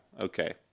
Okay